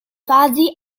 fasi